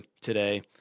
today